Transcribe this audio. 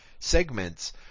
segments